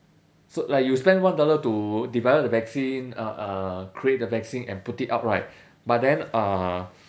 so like you spend one dollar to develop the vaccine uh uh create the vaccine and put it up right but then uh